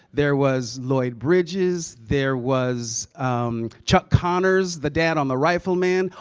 there was lloyd bridges. there was chuck connors, the dad on the rifle man.